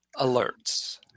alerts